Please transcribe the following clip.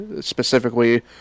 specifically